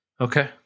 Okay